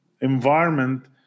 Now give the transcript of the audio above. environment